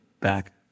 back